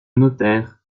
notaire